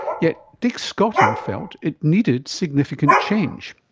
yet dick scotton felt it needed significant change.